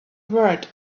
world